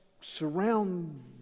surround